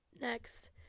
next